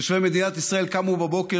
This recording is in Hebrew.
תושבי מדינת ישראל קמו בבוקר,